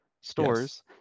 stores